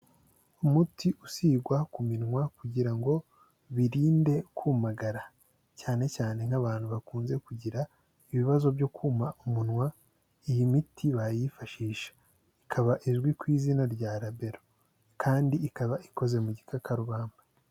Umuti usigwa ku minwa kugira ngo birinde kumagara cyane cyane nk'abantu bakunze kugira ibibazo byo kuma umunwa iyi miti bayifashisha, ikaba izwi ku izina rya labero kandi ikaba ikoze mu gikakarubamba.